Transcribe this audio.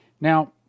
Now